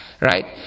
Right